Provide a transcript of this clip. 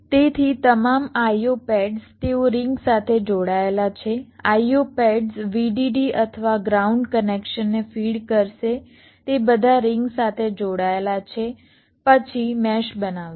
તેથી તમામ I O pads તેઓ રિંગ સાથે જોડાયેલા છે I O પેડ્સ VDD અથવા ગ્રાઉન્ડ કનેક્શનને ફીડ કરશે તે બધા રિંગ સાથે જોડાયેલા છે પછી મેશ બનાવશે